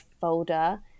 folder